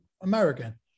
American